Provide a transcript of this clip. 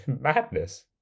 Madness